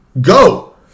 Go